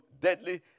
deadly